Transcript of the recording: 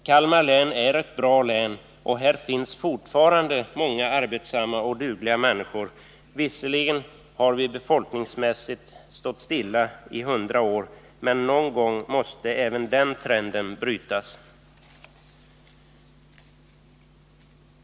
Kalmar län är ett bra län, och där finns fortfarande många arbetssamma och dugliga människor. Visserligen har vi befolkningsmässigt stått stilla i 100 år, men någon gång måste även den trenden brytas.